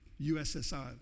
USSR